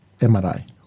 mri